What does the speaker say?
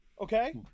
okay